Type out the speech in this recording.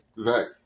Zach